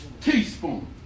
Teaspoon